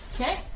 Okay